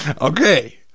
Okay